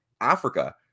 Africa